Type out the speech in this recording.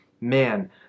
Man